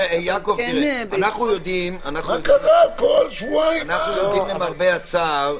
אנחנו יודעים, למרבה הצער,